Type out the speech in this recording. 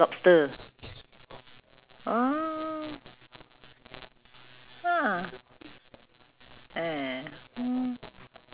oh I think my colleague told me about this padi emas padi emas I said I don't know where is it oh what what uh prawn noodle